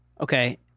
Okay